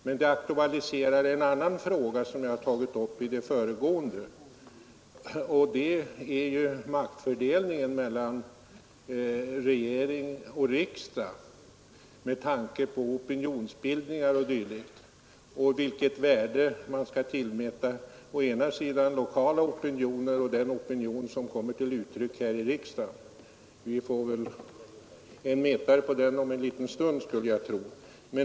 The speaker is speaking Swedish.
Det aktualiserar emellertid en annan fråga som jag tagit upp i det föregående. Den gäller maktfördelningen mellan regering och riksdag med tanke på opinonsbildningar o. d. och vilket värde man skall tillmäta å ena sidan lokala opinioner och å andra sidan den opinion som kommer till uttryck här i riksdagen. Vi får väl en mätare på den om en liten stund, skulle jag tro.